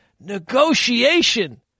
negotiation